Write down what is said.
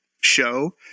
show